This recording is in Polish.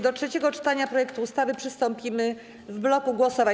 Do trzeciego czytania projektu ustawy przystąpimy w bloku głosowań.